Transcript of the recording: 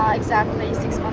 um exactly six um